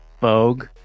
Vogue